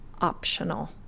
optional